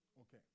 Okay